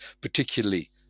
particularly